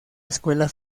escuela